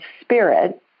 spirit